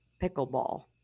pickleball